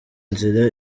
nzira